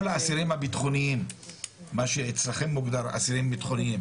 כל האסירים הביטחוניים מה שאצלכם מוגדר אסירים ביטחוניים,